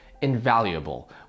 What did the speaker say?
invaluable